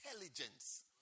intelligence